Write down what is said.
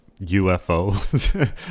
UFOs